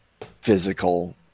physical